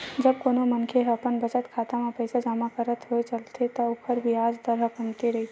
जब कोनो मनखे ह अपन बचत खाता म पइसा जमा करत होय चलथे त ओखर बियाज दर ह कमती रहिथे